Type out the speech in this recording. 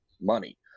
money